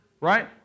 right